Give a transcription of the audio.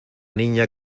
niña